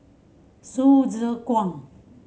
Kwang